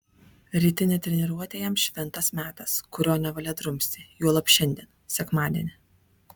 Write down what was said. rytinė treniruotė jam šventas metas kurio nevalia drumsti juolab šiandien sekmadienį